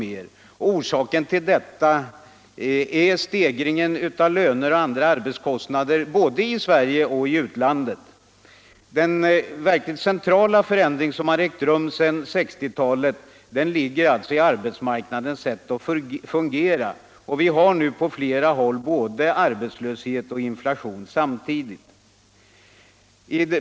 Orsaken till detta är stegringen av löner och andra arbetskostnader både i Sverige och i utlandet. Den verkligt centrala förändring som har ägt rum sedan 1960-talet ligger alltså i arbetsmarknadens sätt att fungera, och vi har nu på flera håll både arbetslöshet och inflation samtidigt.